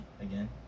again